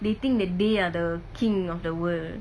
they think that they are the king of the world